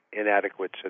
inadequate